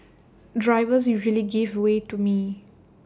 drivers usually give way to me